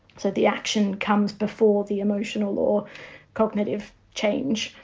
so the action comes before the emotional or cognitive change